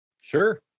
Sure